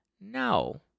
no